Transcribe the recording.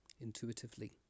intuitively